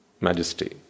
majesty